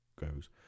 goes